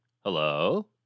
Hello